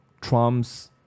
Trump's